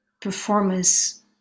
performance